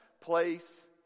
place